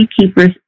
Keepers